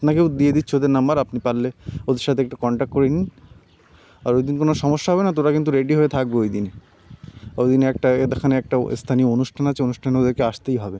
আপনাকেও দিয়ে দিচ্ছি ওদের নম্বর আপনি পারলে ওদের সাথে একটু কন্ট্যাক্ট করে নিন আর ওই দিন কোনো সমস্যা হবে না তো ওরা কিন্তু রেডি হয়ে থাকবে ওই দিন ওই দিন একটা এখানে একটা স্থানীয় অনুষ্ঠান আছে অনুষ্ঠানে ওদেরকে আসতেই হবে